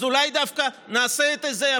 אז אולי דווקא זה הפוך?